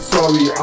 Sorry